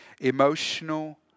emotional